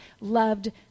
loved